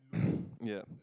yup